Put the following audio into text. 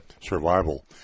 survival